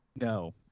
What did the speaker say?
No